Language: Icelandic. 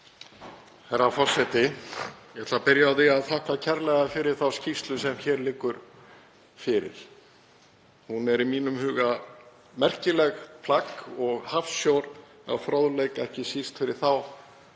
Herra forseti. Ég ætla að byrja á því að þakka kærlega fyrir þá skýrslu sem hér liggur fyrir. Hún er í mínum huga merkilegt plagg og hafsjór af fróðleik, ekki síst fyrir þá